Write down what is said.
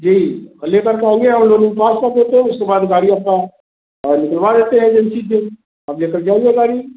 जी वह लेटर का हो गया वह लोगों ने साफ़ साफ़ बोल दो उसके बाद गाडी आपका हम निकलवा देतें हैं एजेंसी से और ले कर जाइए गाडी